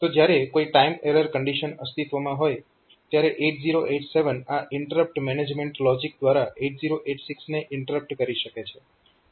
તો જ્યારે કોઈ ટાઈમ એરર કન્ડીશન અસ્તિત્વમાં હોય ત્યારે 8087 આ ઇન્ટરપ્ટ મેનેજમેન્ટ લોજીક દ્વારા 8086 ને ઇન્ટરપ્ટ કરી શકે છે